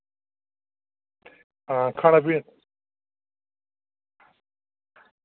आं खाना पीना